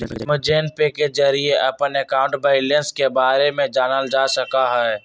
Amazon Pay के जरिए अपन अकाउंट बैलेंस के बारे में जानल जा सका हई